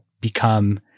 become